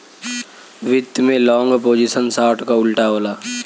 वित्त में long position short क उल्टा होला